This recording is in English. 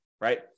right